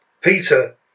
Peter